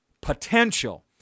potential